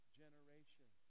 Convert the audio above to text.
generation